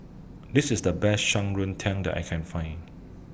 This IS The Best Shan Tang that I Can Find